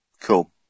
cool